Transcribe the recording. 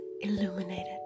Illuminated